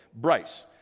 Bryce